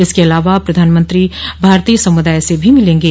इसके अलावा प्रधानमंत्री भारतीय समुदाय से भी मिलेंगे